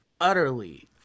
utterly